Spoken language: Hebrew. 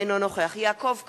אינו נוכח יעקב כץ,